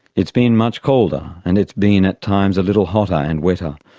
it's been much colder and it's been at times a little hotter and wetter.